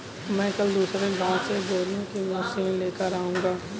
मैं कल दूसरे गांव से बोने की मशीन लेकर आऊंगा